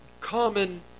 common